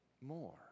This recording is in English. more